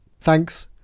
thanks